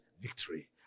victory